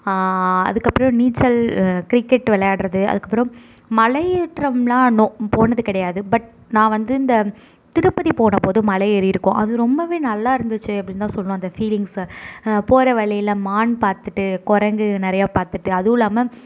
அதுக்கப்புறம் நீச்சல் கிரிக்கெட் விளாட்றது அதுக்கப்புறம் மலையேற்றம்லாம் போனது கிடையாது பட் நான் வந்து இந்த திருப்பதி போனபோது மலையேறிருக்கோம் அது ரொம்பவே நல்லாருந்துச்சு அப்படின்தான் சொல்லலாம் அந்த ஃபீலிங்ஸை போகிற வழியில் மான் பார்த்துட்டு குரங்கு நிறையா பார்த்துட்டு அதுவும் இல்லாமல்